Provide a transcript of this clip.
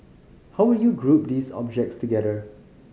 how would you group these objects together